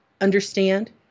Understand